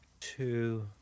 two